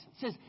says